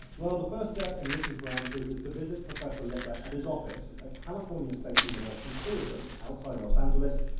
well, the first step in looking for answers is to visit professor lippa at his office at california state university, fullerton, outside los angeles,